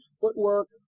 Footwork